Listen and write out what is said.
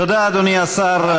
תודה, אדוני השר.